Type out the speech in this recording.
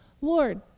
Lord